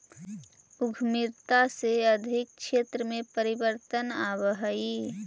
उद्यमिता से आर्थिक क्षेत्र में परिवर्तन आवऽ हई